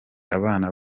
abana